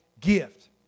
gift